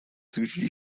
zgodzili